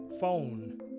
phone